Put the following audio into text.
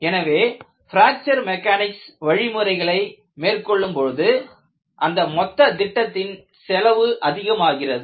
எனவே fracture mechanics வழிமுறைகளை மேற்கொள்ளும் போது அந்த மொத்த திட்டத்தின் செலவு அதிகமாகிறது